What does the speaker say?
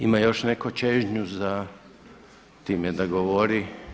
Ima još netko čežnju za time da govori?